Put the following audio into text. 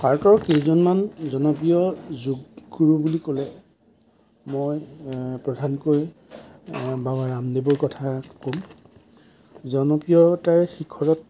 ভাৰতৰ কেইজনমান জনপ্ৰিয় যোগগুৰু বুলি ক'লে মই প্ৰধানকৈ বাবা ৰামদেৱৰ কথাই ক'ম জনপ্ৰিয়তাৰ শিখৰত